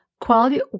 quality